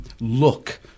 look